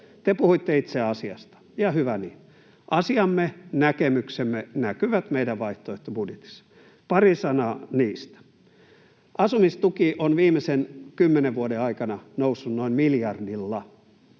Te puhuitte itse asiasta, ja hyvä niin. Asiamme, näkemyksemme näkyvät meidän vaihtoehtobudjetissamme. Pari sanaa niistä: Asumistuki on viimeisen kymmenen vuoden aikana noussut noin miljardilla.